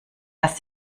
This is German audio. dass